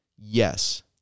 yes